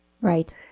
Right